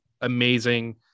amazing